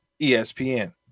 ESPN